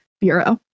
bureau